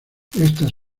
estas